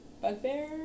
bugbear